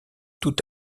tout